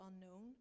unknown